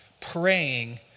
praying